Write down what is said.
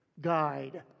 guide